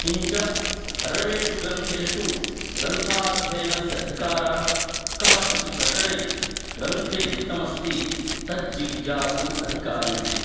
किञ्च सर्वेषु ग्रन्थेषु ग्रन्थाध्ययनस्य अधिकारः कः इति प्रश्ने ग्रन्थे लिखितमस्ति तज्जिज्ञासुः अधिकारी इति